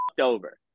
over